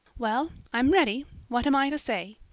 well, i'm ready. what am i to say?